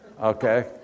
Okay